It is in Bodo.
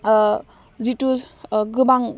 ओह जिथु ओह गोबां